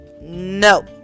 No